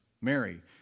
Mary